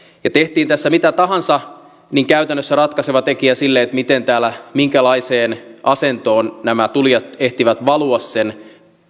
tehtiin tässä mitä tahansa niin käytännössä ratkaiseva tekijä sille minkälaiseen asentoon nämä tulijat täällä ehtivät valua sen